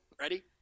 Ready